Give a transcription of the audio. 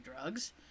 drugs